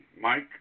Mike